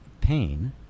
pain